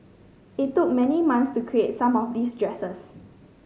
it took many months to create some of these dresses